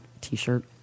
T-shirt